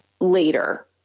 later